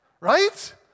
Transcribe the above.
Right